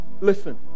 Listen